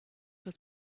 was